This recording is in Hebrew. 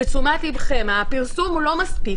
לתשומת לבכם, הפרסום הוא לא מספיק.